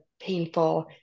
painful